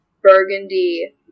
burgundy